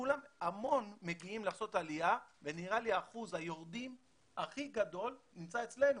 המון מגיעים לעשות עלייה ונראה לי שאחוז היורדים הכי גדול נמצא אצלנו,